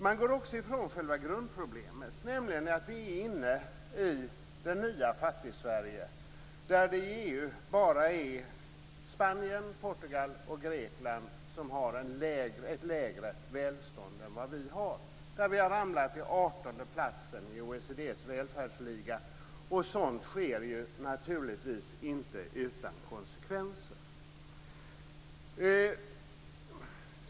Man går också ifrån själva grundproblemet, nämligen att vi befinner oss i det nya Fattigsverige. I EU är det bara Spanien, Portugal och Grekland som har ett lägre välstånd än vi i Sverige. Vi har ramlat ned till artonde plats i OECD:s välfärdsliga. Sådant sker naturligtvis inte utan att det får konsekvenser.